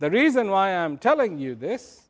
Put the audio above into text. the reason why i am telling you this